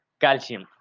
calcium